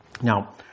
Now